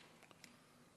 הסיר את הנאום.